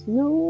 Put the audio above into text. no